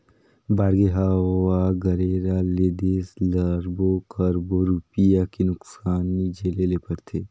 बाड़गे, हवा गरेरा ले देस ल अरबो खरबो रूपिया के नुकसानी झेले ले परथे